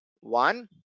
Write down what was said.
one